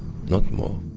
not more.